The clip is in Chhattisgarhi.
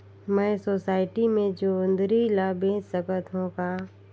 मैं सोसायटी मे जोंदरी ला बेच सकत हो का?